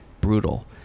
brutal